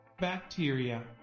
Bacteria